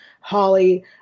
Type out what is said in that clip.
Holly